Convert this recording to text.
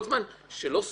כל זמן שלא סוכם?